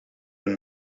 een